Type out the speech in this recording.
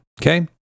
okay